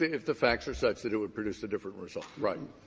the if the facts are such that it would produce a different result, right.